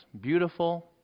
beautiful